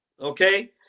okay